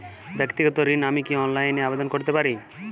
ব্যাক্তিগত ঋণ আমি কি অনলাইন এ আবেদন করতে পারি?